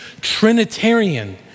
Trinitarian